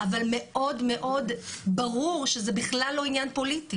אבל מאוד מאוד ברור שזה בכלל לא עניין פוליטי.